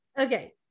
Okay